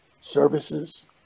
services